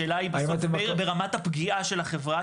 השאלה היא בסוף ברמת הפגיעה של החברה,